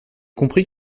comprit